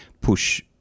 push